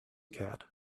cat